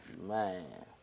Man